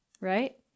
Right